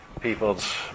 people's